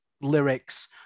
lyrics